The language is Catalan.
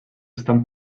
estan